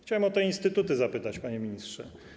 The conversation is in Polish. Chciałbym o te instytuty zapytać, panie ministrze.